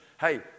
Hey